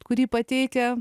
kurį pateikia